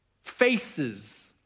faces